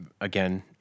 Again